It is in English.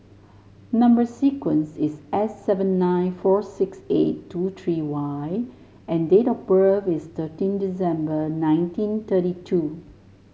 number sequence is S seven nine four six eight two three Y and date of birth is thirteen December nineteen thirty two